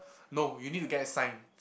no you need to get it signed